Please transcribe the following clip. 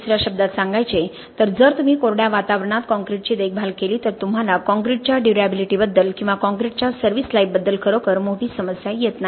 दुसऱ्या शब्दांत सांगायचे तर जर तुम्ही कोरड्या वातावरणात कॉंक्रिटची देखभाल केली तर तुम्हाला कॉंक्रिटच्या ड्युर्याबिलिटीबद्दल किंवा कॉंक्रिटच्या सर्विस लाइफ बद्दल खरोखर मोठी समस्या येत नाही